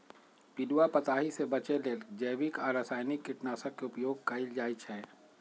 पिलुआ पताइ से बचे लेल जैविक आ रसायनिक कीटनाशक के उपयोग कएल जाइ छै